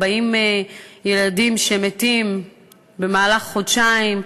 40 ילדים שמתים במהלך חודשיים,